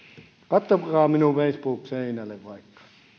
katsokaa minun facebook seinääni vaikka